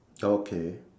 okay